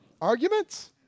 Arguments